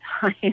time